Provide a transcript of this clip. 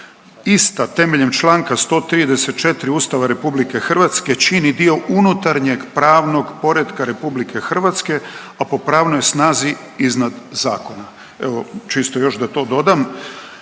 ista temeljem čl. 134. Ustava RH čini dio unutarnjeg pravnog poretka RH, a po pravnoj snazi iznad zakona. Evo čisto još da to dodam.